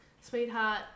sweetheart